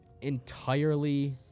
entirely